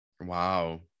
Wow